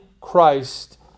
Christ